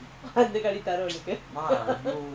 car